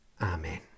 Amen